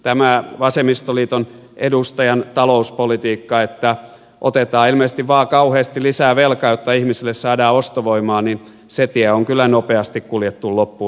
tämä vasemmistoliiton edustajan talouspolitiikka että otetaan ilmeisesti vain kauheasti lisää velkaa jotta ihmisille saadaan ostovoimaa se tie on kyllä nopeasti kuljettu loppuun